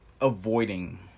avoiding